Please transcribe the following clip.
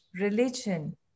religion